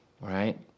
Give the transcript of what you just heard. right